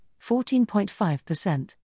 14.5%